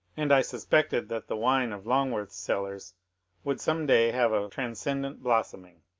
and i suspected that the wine of longworth's cellar would some day have a transcendent blossoming.